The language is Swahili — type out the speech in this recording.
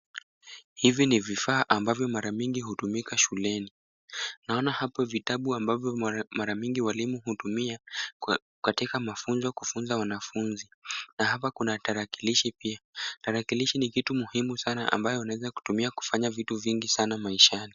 Hivi ni vifaa ambavyo mara nyingi hutumika shuleni. Naona hapo vitabu ambavyo mara nyingi walimu hutumia katika mafunzo kufunza wanafunzi. Na hapa kuna tarakilishi pia. Tarakilishi ni kitu muhimu sana ambayo unaweza kutumia kufanya vitu vingi sana maishani.